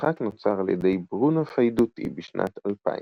המשחק נוצר על ידי Bruno Faidutti בשנת 2000,